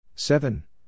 Seven